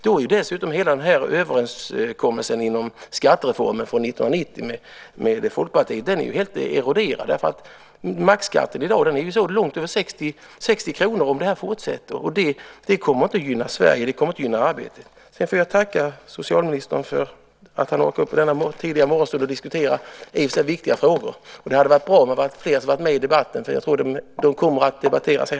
Då är ju hela överenskommelsen inom skattereformen från 1990 med Folkpartiet helt eroderad. Maxskatten i dag är ju snart långt över 60 % om det här fortsätter. Det kommer inte att gynna Sverige. Det kommer inte att gynna arbetet. Jag vill tacka socialministern för att han orkade upp i denna tidiga morgonstund och diskutera dessa i och för sig viktiga frågor. Det hade varit bra om fler hade varit med i debatten. Jag tror att detta kommer att debatteras här.